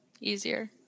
easier